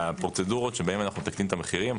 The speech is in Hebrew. בפרוצדורות שבהן אנחנו מתקנים את המחירים,